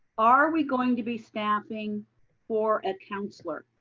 are we going to be staffing for a counselor?